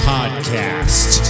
Podcast